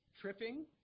tripping